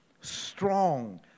strong